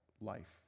life